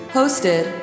hosted